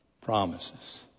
promises